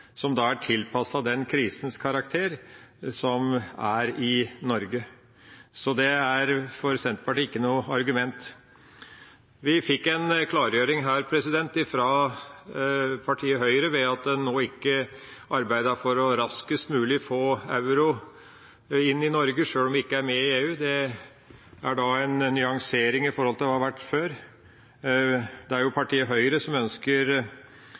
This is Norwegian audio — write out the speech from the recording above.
som da er tilpasset den krisens karakter – som i Norge. Så det er for Senterpartiet ikke noe argument. Vi fikk en klargjøring her fra partiet Høyre ved at en nå ikke arbeidet for raskest mulig å få euro inn i Norge, sjøl om vi ikke er med i EU. Det er en nyansering i forhold til hva det har vært før. Det er jo partiet Høyre som sterkest ønsker